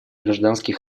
гражданский